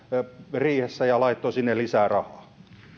riihessä ja laittoi sinne lisää rahaa